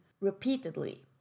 repeatedly